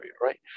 right